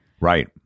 Right